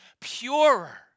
purer